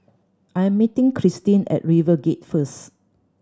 I am meeting Kristyn at RiverGate first